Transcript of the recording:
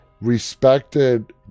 respected